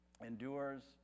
endures